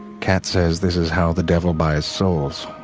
cat says this is how the devil buys souls,